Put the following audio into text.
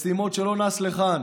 משימות שלא נס ליחן,